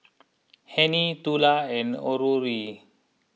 Hennie Tula and Aurore